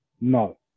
no